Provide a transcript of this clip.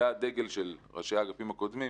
וזה היה הדגל של ראשי האגפים הקודמים,